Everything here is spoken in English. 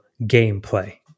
gameplay